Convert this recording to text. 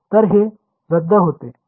तर ते रद्द होते ठीक